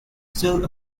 still